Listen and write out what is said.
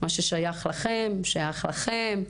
מה ששייך לכם שייך להם.